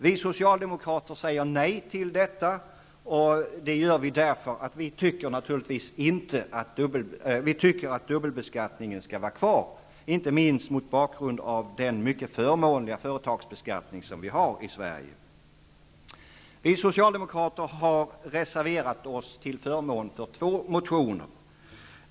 Vi socialdemokrater säger nej till detta, eftersom vi tycker att dubbelbeskattningen skall vara kvar, inte minst mot bakgrund av den mycket förmånliga företagsbeskattning som gäller i Vi socialdemokrater har reserverat oss till förmån för två motioner.